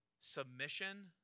submission